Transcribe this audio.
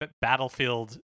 battlefield